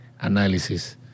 analysis